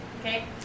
Okay